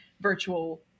Virtual